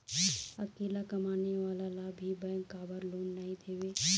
अकेला कमाने वाला ला भी बैंक काबर लोन नहीं देवे?